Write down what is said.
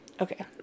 okay